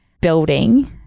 building